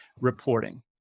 reporting